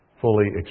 fully